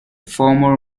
former